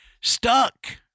stuck